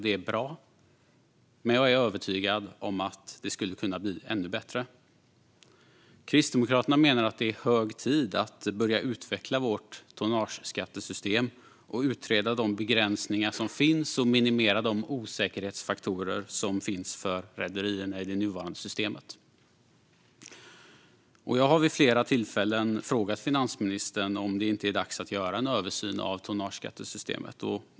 Det är bra, men jag är övertygad om att det skulle kunna bli ännu bättre. Kristdemokraterna menar att det är hög tid att börja utveckla vårt tonnageskattesystem, utreda de begränsningar som finns och minimera osäkerhetsfaktorerna för rederierna i det nuvarande systemet. Jag har vid flera tillfällen frågat finansministern om det inte är dags att göra en översyn av tonnageskattesystemet.